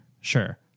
sure